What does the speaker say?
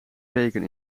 weken